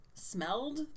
smelled